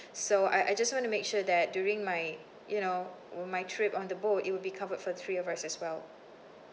so I I just want to make sure that during my you know my trip on the boat it will be covered for three of us as well